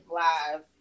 live